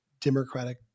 Democratic